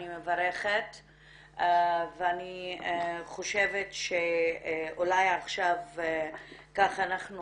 אני מברכת ואני חושבת שאולי עכשיו כך אנחנו